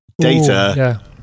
Data